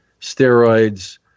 steroids